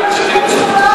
שיקום שכונות,